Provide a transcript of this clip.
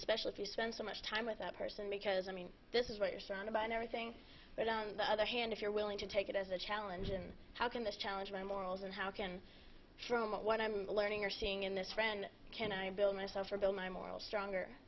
especially if you spend so much time with that person because i mean this is what you're surrounded by and everything but on the other hand if you're willing to take it as a challenge and how can this challenge my morals and how can from what i'm learning you're seeing in this trend can i build myself or build my moral stronger